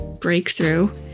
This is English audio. breakthrough